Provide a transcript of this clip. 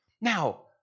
Now